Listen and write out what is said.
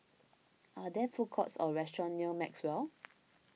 are there food courts or restaurants near Maxwell